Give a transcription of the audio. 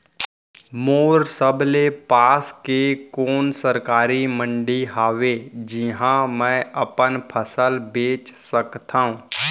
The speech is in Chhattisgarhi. मोर सबले पास के कोन सरकारी मंडी हावे जिहां मैं अपन फसल बेच सकथव?